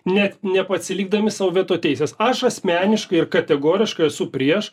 net nepasilikdami sau veto teisės aš asmeniškai ir kategoriškai esu prieš